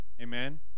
Amen